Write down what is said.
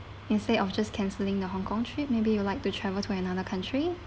instead of just cancelling the hong kong trip maybe you would like to travel to another country